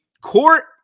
Court